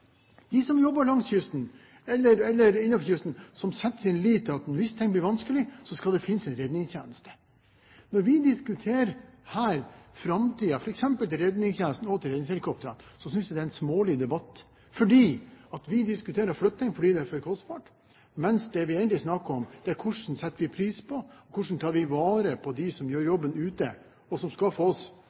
de som jobber langs kysten eller innenfor kysten, som setter sin lit til at hvis noe blir vanskelig, så skal det finnes en redningstjeneste. Når vi her diskuterer framtiden til f.eks. redningstjenesten og redningshelikoptrene, synes jeg det er en smålig debatt. Vi diskuterer flytting fordi det er for kostbart slik det er i dag, men det vi egentlig snakker om, er hvordan vi setter pris på og tar vare på dem som gjør jobben ute, og som skaffer oss